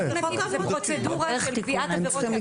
זו פרוצדורה של קביעת עבירות כעבירות